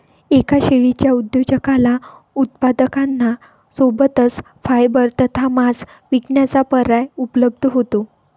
एका शेळीच्या उद्योजकाला उत्पादकांना सोबतच फायबर तथा मांस विकण्याचा पर्याय उपलब्ध होतो